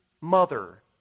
mother